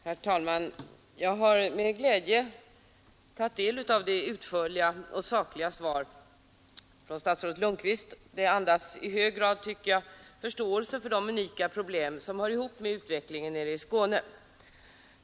Herr talman! Jag har med glädje tagit del av det utförliga och sakliga svaret från statsrådet Lundkvist. Det andas i hög grad, tycker jag, förståelse för de unika problem som hör ihop med utvecklingen nere i Skåne.